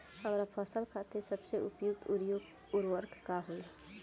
हमार फसल खातिर सबसे उपयुक्त उर्वरक का होई?